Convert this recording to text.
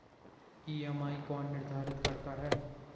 EMI कौन निर्धारित करता है?